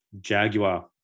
Jaguar